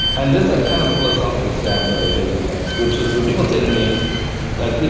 and this a kind of philosophical stance that i take on that which is, when people say to me like,